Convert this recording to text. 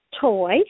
toy